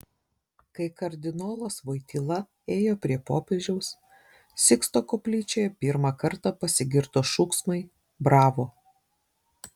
kai kardinolas voityla ėjo prie popiežiaus siksto koplyčioje pirmą kartą pasigirdo šūksmai bravo